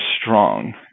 strong